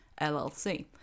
LLC